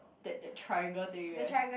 that that triangle thing eh